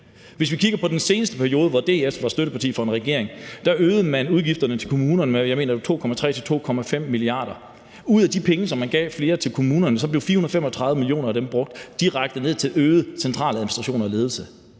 Hvis vi kigger på den seneste periode, hvor DF var støtteparti for en regering, øgede man udgifterne til kommunerne med, jeg mener, det var 2,3-2,5 mia. kr., og ud af de flere penge, som man gav til kommunerne, blev 435 mio. kr. brugt direkte til øget centraladministration og ledelse.